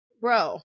bro